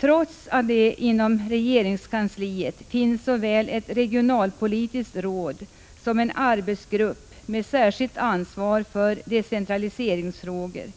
Trots att det inom regeringskansliet finns såväl ett regionalpolitiskt råd som en arbetsgrupp med särskilt ansvar för decentraliseringsfrågor,